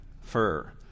fur